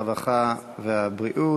הרווחה והבריאות.